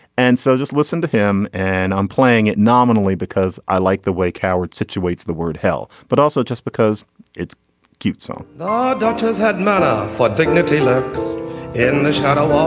and so just listen to him and i'm playing it nominally because i like the way coward situates the word hell but also just because it's cute so doctors had not a lot dignity laps in the shadow